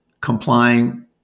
complying